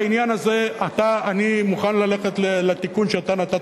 בעניין הזה אני מוכן ללכת לתיקון שאתה נתת,